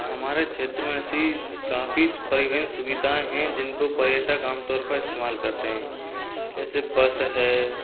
हाँ हमारे क्षेत्र में ऐसी काफी परिवहन सुविधा हैं जिनको पर्यटक आमतौर पर इस्तेमाल करते हैं जैसे बस है